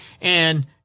And-